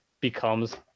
becomes